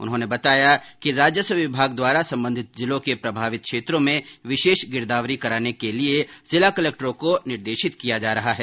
उन्होंने बताया कि राजस्व विभाग द्वारा संबंधित जिलों के प्रभावित क्षेत्रों में विशेष गिरदावरी कराने के लिए जिला कलेक्टरों को निर्देशित किया जा रहा है